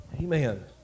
Amen